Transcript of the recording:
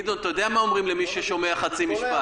גדעון, אתה יודע מה אומרים למי ששומע חצי משפט.